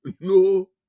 No